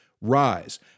rise